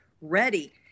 ready